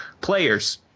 Players